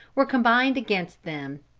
were combined against them.